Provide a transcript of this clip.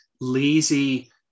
lazy